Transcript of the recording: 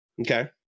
Okay